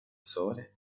sole